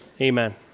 amen